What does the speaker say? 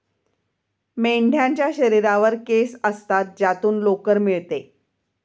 मेंढ्यांच्या शरीरावर केस असतात ज्यातून लोकर मिळते